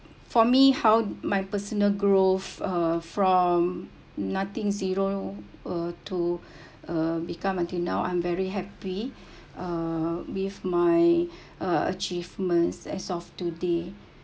for me how my personal growth uh from nothing zero uh to uh become until now I'm very happy uh with my a~ achievements as of today